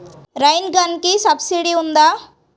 Rain గన్కి సబ్సిడీ ఉందా?